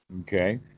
okay